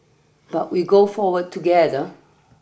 but we go forward together